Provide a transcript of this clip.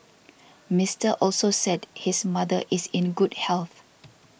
Mister Also said his mother is in good health